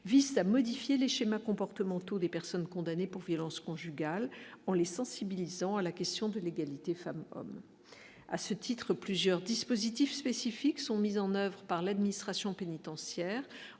Vista modifier les schémas comportementaux des personnes condamnées pour violences conjugales en les sensibilisant à la question de l'égalité femmes-hommes, à ce titre, plusieurs dispositifs spécifiques sont mises en oeuvre par l'administration pénitentiaire,